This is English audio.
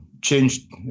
changed